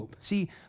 See